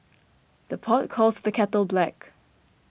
the pot calls the kettle black